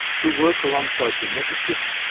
who work alongside geneticists,